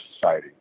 society